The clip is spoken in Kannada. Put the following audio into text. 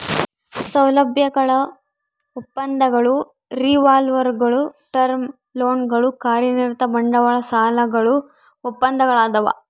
ಸೌಲಭ್ಯಗಳ ಒಪ್ಪಂದಗಳು ರಿವಾಲ್ವರ್ಗುಳು ಟರ್ಮ್ ಲೋನ್ಗಳು ಕಾರ್ಯನಿರತ ಬಂಡವಾಳ ಸಾಲಗಳು ಒಪ್ಪಂದಗಳದಾವ